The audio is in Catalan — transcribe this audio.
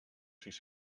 sis